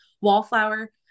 wallflower